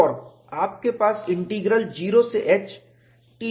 और आपके पास इंटीग्रल 0 से h Ty ds है